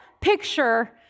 picture